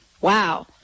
wow